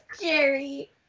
Jerry